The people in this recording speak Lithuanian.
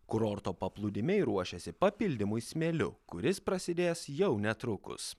kurorto paplūdimiai ruošiasi papildymui smėliu kuris prasidės jau netrukus